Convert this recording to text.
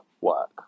work